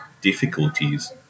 difficulties